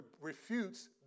refutes